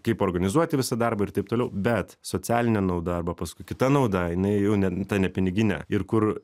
kaip organizuoti visą darbą ir taip toliau bet socialinė nauda arba paskui kita nauda jinai jau ne ta nepiniginė ir kur